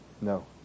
No